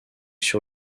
sur